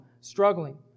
struggling